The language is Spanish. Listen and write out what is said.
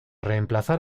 reemplazar